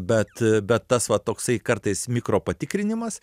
bet bet tas va toksai kartais mikropatikrinimas